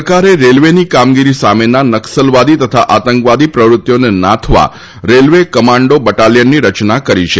સરકારે રેલવેની કામગીરી સામેના નકસલવાદી તથા આતંકવાદી પ્રવૃત્તિઓને નાથવા રેલવે કમાન્ડો બટાલીયનની રચના કરવામાં આવી છે